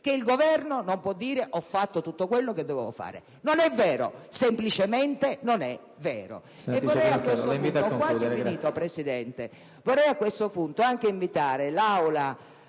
che il Governo non può dire: "ho fatto tutto quello che dovevo fare". Non è vero. Semplicemente, non è vero!